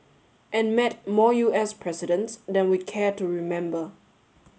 and met more U S presidents than we care to remember